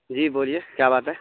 جی بولیے کیا بات ہے